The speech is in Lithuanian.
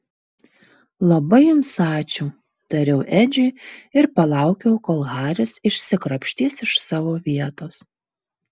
labai jums ačiū tariau edžiui ir palaukiau kol haris išsikrapštys iš savo vietos